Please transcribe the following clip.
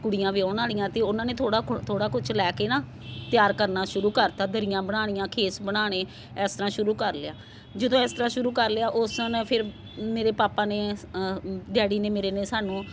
ਕੁੜੀਆਂ ਵਿਆਹੁਣ ਵਾਲੀਆਂ ਤਾਂ ਉਹਨਾਂ ਨੇ ਥੋੜ੍ਹਾ ਥੋੜ੍ਹਾ ਕੁਛ ਲੈ ਕੇ ਨਾ ਤਿਆਰ ਕਰਨਾ ਸ਼ੁਰੂ ਕਰ ਤਾ ਦਰੀਆਂ ਬਣਾਉਣੀਆਂ ਖੇਸ ਬਣਾਉਣੇ ਇਸ ਤਰਾਂ ਸ਼ੁਰੂ ਕਰ ਲਿਆ ਜਦੋਂ ਇਸ ਤਰਾਂ ਸ਼ੁਰੂ ਕਰ ਲਿਆ ਉਸ ਸਮੇਂ ਫਿਰ ਮੇਰੇ ਪਾਪਾ ਨੇ ਡੈਡੀ ਨੇ ਮੇਰੇ ਨੇ ਸਾਨੂੰ